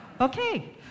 Okay